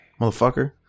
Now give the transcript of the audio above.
motherfucker